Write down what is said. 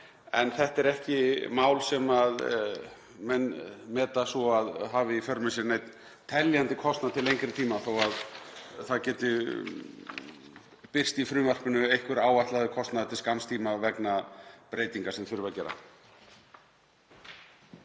En þetta er ekki mál sem menn meta svo að hafi í för með sér neinn teljandi kostnað til lengri tíma þó að það geti birst í frumvarpinu einhver áætlaður kostnaður til skamms tíma vegna breytingar sem þurfi að gera.